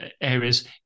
areas